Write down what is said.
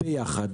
ביחד,